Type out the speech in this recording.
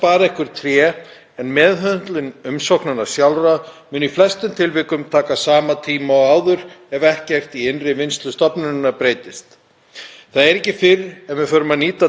Það er ekki fyrr en við förum að nýta tæknina við sjálfa höndlun umsóknanna innan stofnunarinnar sem við förum að sjá stafrænu umbyltinguna skila sér í formi skilvirkni í þjónustu.